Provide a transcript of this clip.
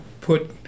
put